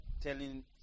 telling